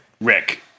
Rick